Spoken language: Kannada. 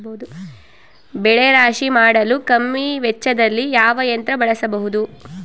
ಬೆಳೆ ರಾಶಿ ಮಾಡಲು ಕಮ್ಮಿ ವೆಚ್ಚದಲ್ಲಿ ಯಾವ ಯಂತ್ರ ಬಳಸಬಹುದು?